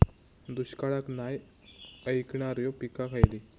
दुष्काळाक नाय ऐकणार्यो पीका खयली?